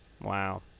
Wow